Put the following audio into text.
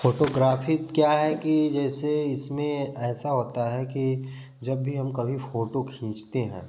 photography क्या है कि जैसे इसमें ऐसा होता है कि जब भी हम कभी फोटो खींचते हैं